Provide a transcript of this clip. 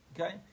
Okay